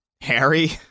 Harry